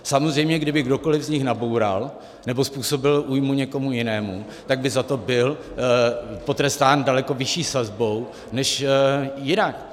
Samozřejmě kdyby kdokoliv z nich naboural nebo způsobil újmu někomu jinému, tak by za to byl potrestán daleko vyšší sazbou než jinak.